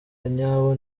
nyabo